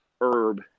herb